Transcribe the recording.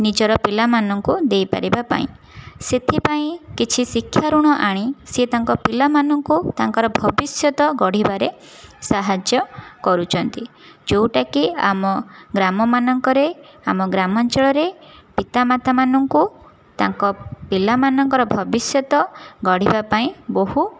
ନିଜର ପିଲାମାନଙ୍କୁ ଦେଇପାରିବା ପାଇଁ ସେଥିପାଇଁ କିଛି ଶିକ୍ଷା ଋଣ ଆଣି ସେ ତାଙ୍କ ପିଲାମାନଙ୍କୁ ତାଙ୍କର ଭବିଷ୍ୟତ ଗଢ଼ିବାରେ ସାହାଯ୍ୟ କରୁଛନ୍ତି ଯେଉଁଟାକି ଆମ ଗ୍ରାମମାନଙ୍କରେ ଆମ ଗ୍ରାମାଞ୍ଚଳରେ ପିତାମାତାମାନଙ୍କୁ ତାଙ୍କ ପିଲାମାନଙ୍କର ଭବିଷ୍ୟତ ଗଢ଼ିବା ପାଇଁ ବହୁ